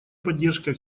поддержкой